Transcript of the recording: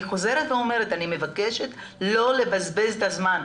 חוזרת ואומרת: אני מבקשת לא לבזבז את הזמן.